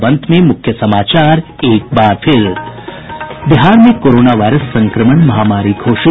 और अब अंत में मुख्य समाचार बिहार में कोरोना वायरस संक्रमण महामारी घोषित